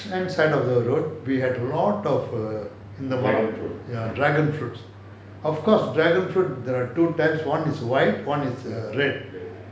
hand side of the road we had lot of err dragon fruits of course dragon fruit there are two types one is white one is err red